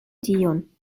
tion